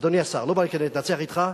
אדוני השר, אני לא בא כדי להתנצח אתך.